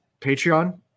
Patreon